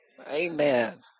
Amen